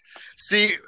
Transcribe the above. See